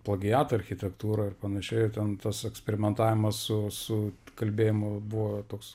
plagiato architektūrą ir panašiai ir ten tas eksperimentavimas su su kalbėjimu buvo toks